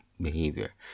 behavior